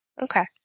Okay